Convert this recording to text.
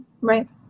Right